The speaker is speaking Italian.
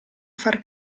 far